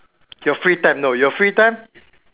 your free time no your free time